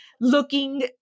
looking